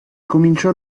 cominciò